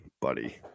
buddy